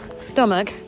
stomach